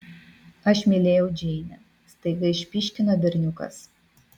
aš mylėjau džeinę staiga išpyškino berniukas